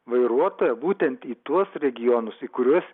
vairuotoją būtent į tuos regionus į kuriuos